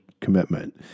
commitment